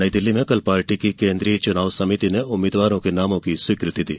नई दिल्ली में कल पार्टी की केन्द्रीय चुनाव समिति ने उम्मीदवारों के नामों की स्वीकृति दी